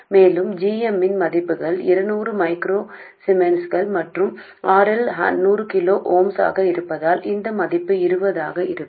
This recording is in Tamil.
மேலும் g m இன் மதிப்புகள் 200 மைக்ரோ சீமென்ஸ் மற்றும் RL 100 கிலோ ஓம்ஸ் ஆக இருப்பதால் இந்த மதிப்பு 20 ஆக இருக்கும்